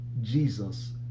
Jesus